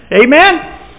Amen